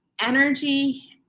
energy